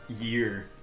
year